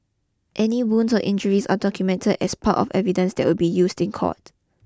any wounds or injuries are documentd as part of evidence that will be used in court